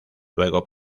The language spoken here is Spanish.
luego